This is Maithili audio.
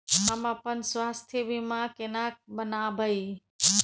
हम अपन स्वास्थ बीमा केना बनाबै?